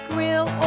Grill